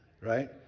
Right